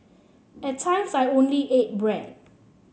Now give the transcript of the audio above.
at times I only ate bread